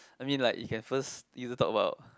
I mean like you can first you can talk about